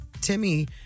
Timmy